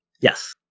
Yes